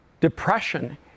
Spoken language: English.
depression